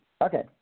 Okay